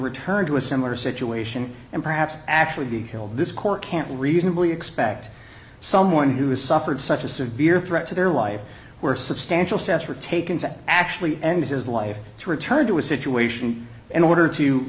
return to a similar situation and perhaps actually be killed this court can't reasonably expect someone who has suffered such a severe threat to their life where substantial steps were taken to actually end his life to return to a situation in order to